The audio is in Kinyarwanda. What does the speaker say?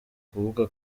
kuvuga